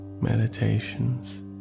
Meditations